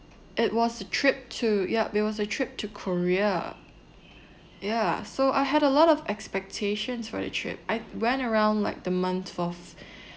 it was a trip to yup it was a trip to korea ya so I had a lot of expectations for the trip I went around like the month of